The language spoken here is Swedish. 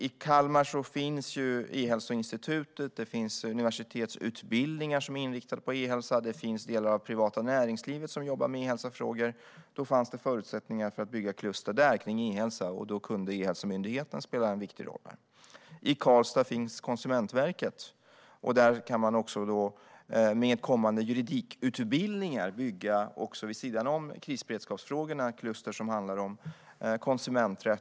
I Kalmar finns E-hälsoinstitutet, universitetsutbildningar inriktade på e-hälsa och delar av det privata näringslivet som jobbar med e-hälsofrågor, och då fanns det förutsättningar att bygga ett kluster kring e-hälsa, där Ehälsomyndigheten kunde spela en viktig roll. I Karlstad finns Konsumentverket. Där kan man med kommande juridikutbildningar vid sidan om krisberedskapsfrågorna bygga ett kluster som handlar om konsumenträtt.